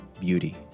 beauty